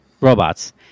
Robots